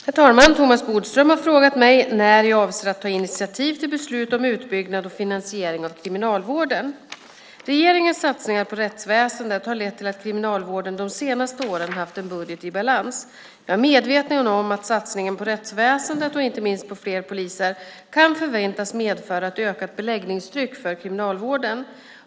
Herr talman! Thomas Bodström har frågat mig när jag avser att ta initiativ till beslut om utbyggnad och finansiering av kriminalvården. Regeringens satsningar på rättsväsendet har lett till att Kriminalvården de senaste åren haft en budget i balans. Jag är medveten om att satsningen på rättsväsendet och inte minst på fler poliser kan förväntas medföra ett ökat beläggningstryck för Kriminalvården.